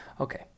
okay